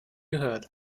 gehört